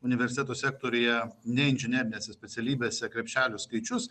universitetų sektoriuje neinžinerinėse specialybėse krepšelių skaičius